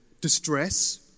distress